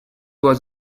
was